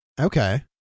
Okay